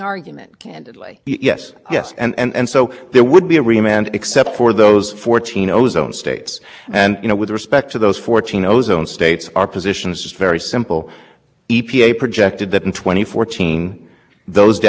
difference between fourteen states which are regulated florida has to cut more than twenty five percent of its nocs budget it shouldn't be regulated at all this isn't in that margin where they get leeway this is way outside that and the only thing i'd like to address judge kevin